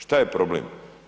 Što je problem?